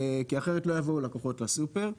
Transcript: כי אחרת לא יבואו לקוחות לסופר,